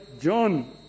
John